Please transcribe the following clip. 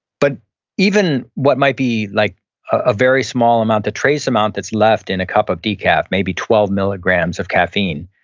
but even what might be like a very small amount, the trace amount that's left in a cup of decaf, maybe twelve milligrams of caffeine,